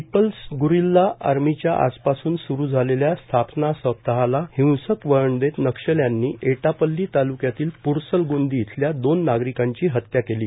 people's guerrilla आर्मीच्या आजपासून सुरु झालेल्या स्थापना सप्ताहाला हिंसक वळण देत नक्षल्यांनी एटापल्ली तालुक्यातील प्रसलगोंदी येथील दोन नागरिकांची हत्या केली आहे